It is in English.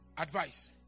Advice